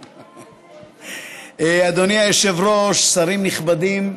אדוני היושב-ראש, שרים נכבדים,